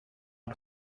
att